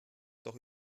doch